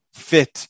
fit